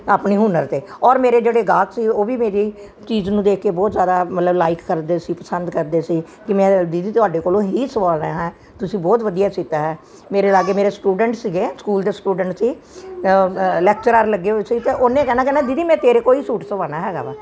ਆਪਣੇ ਹੁਨਰ 'ਤੇ ਔਰ ਮੇਰੇ ਜਿਹੜੇ ਗਾਹਕ ਸੀ ਉਹ ਵੀ ਮੇਰੀ ਚੀਜ਼ ਨੂੰ ਦੇਖ ਕੇ ਬਹੁਤ ਜ਼ਿਆਦਾ ਮਤਲਬ ਲਾਈਕ ਕਰਦੇ ਸੀ ਪਸੰਦ ਕਰਦੇ ਸੀ ਕਿ ਮੈਂ ਦੀਦੀ ਤੁਹਾਡੇ ਕੋਲੋਂ ਹੀ ਸਵਾਉਣਾ ਹੈ ਤੁਸੀਂ ਬਹੁਤ ਵਧੀਆ ਸੀਤਾ ਹੈ ਮੇਰੇ ਲਾਗੇ ਮੇਰੇ ਸਟੂਡੈਂਟਸ ਸੀਗੇ ਸਕੂਲ ਦੇ ਸਟੂਡੈਂਟ ਸੀ ਲੈਕਚਰਾਰ ਲੱਗੇ ਹੋਏ ਸੀ ਉਹਨੇ ਕਹਿਣਾ ਕਰਨਾ ਦੀਦੀ ਮੈਂ ਤੇਰੇ ਕੋਲੋਂ ਹੀ ਸੂਟ ਸਵਾਉਣਾ ਹੈਗਾ ਵਾ